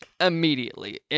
immediately